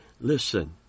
Listen